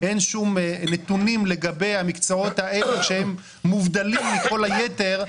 ואין כל נתונים לגבי המקצועות האלה שהם מובדלים מכל היתר,